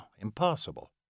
impossible